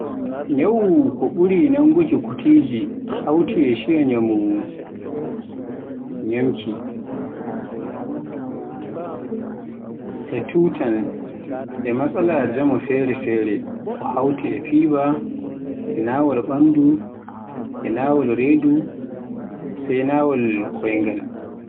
Ñyawu ko ɓuri nanguki kutiji hawti e ciiya njamu ñyamki, e turan e matsala njamu fere-fere ko hawti e fever, e nawool ɓandu, e nawool redu, sai nawool koyngal.